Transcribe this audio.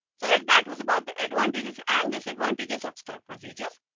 so as that was about the advantages and disadvantages of stored procedures.